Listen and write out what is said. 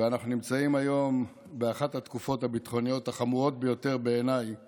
ואנחנו נמצאים היום באחת התקופות הביטחוניות החמורות ביותר בעיניי